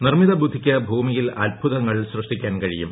നിർമ്മിതബുദ്ധിക്ക് ഭൂമിയിൽ അത്ഭുതങ്ങൾ സൃഷ്ടിക്കാൻ കഴിയും